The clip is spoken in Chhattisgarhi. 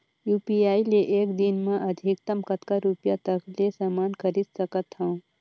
यू.पी.आई ले एक दिन म अधिकतम कतका रुपिया तक ले समान खरीद सकत हवं?